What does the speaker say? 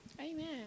Amen